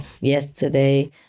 yesterday